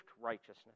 righteousness